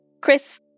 Chris